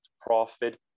profit